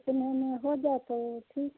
उतने में हो जाता है एथी